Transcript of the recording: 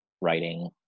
writing